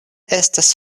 estas